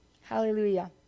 Hallelujah